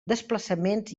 desplaçaments